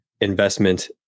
investment